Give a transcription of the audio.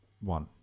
one